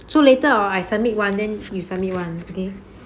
so later hor I submit one then you submit one okay